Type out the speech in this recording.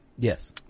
Yes